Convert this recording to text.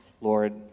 Lord